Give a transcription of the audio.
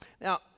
Now